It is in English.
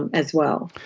and as well.